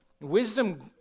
Wisdom